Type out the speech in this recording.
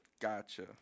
gotcha